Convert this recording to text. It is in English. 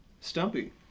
Stumpy